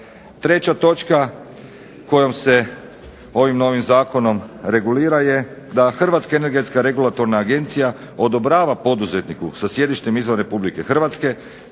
Treća točka kojom se ovim novim zakonom regulira je da Hrvatska energetska regulatorna agencija odobrava poduzetniku sa sjedištem izvan Republike Hrvatske